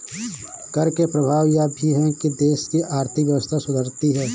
कर के प्रभाव यह भी है कि देश की आर्थिक व्यवस्था सुधरती है